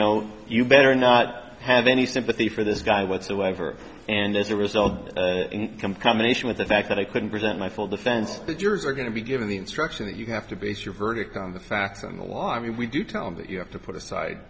know you better not have any sympathy for this guy whatsoever and as a result come combination with the fact that i couldn't present my full defense the jurors are going to be given the instruction that you have to base your verdict on the facts and the law i mean we do tell them that you have to put aside